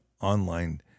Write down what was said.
online